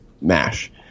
mash